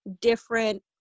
different